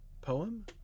poem